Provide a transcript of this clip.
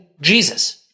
Jesus